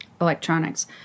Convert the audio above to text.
electronics